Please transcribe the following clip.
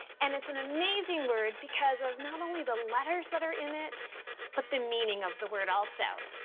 and it's an amazing word because of not only the letters that are in it but the meaning of the word also.